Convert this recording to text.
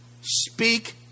speak